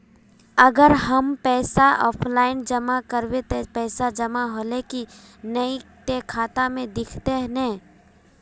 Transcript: अगर हम अपन पैसा ऑफलाइन जमा करबे ते पैसा जमा होले की नय इ ते खाता में दिखते ने?